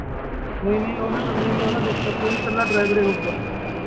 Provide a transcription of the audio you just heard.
ਨਹੀਂ ਨਹੀਂ ਉਹ ਨੀ ਕਰਨੇ ਨੀ ਉਹ ਤਾਂ ਡਿਸਟਰਵ ਕਰੂ ਕੱਲ੍ਹਾ ਡਰਾਈਵਰ ਏ ਹੋਊਗਾ